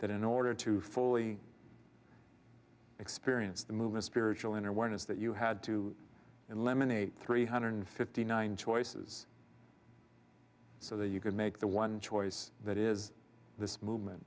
that in order to fully experience the movement spiritual inner awareness that you had to eliminate three hundred fifty nine choices so that you could make the one choice that is this movement